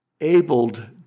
abled